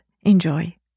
Enjoy